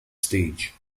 stage